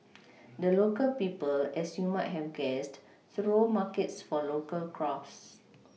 the local people as you might have guessed throw markets for local crafts